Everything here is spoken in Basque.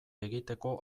egiteko